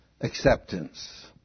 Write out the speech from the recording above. Acceptance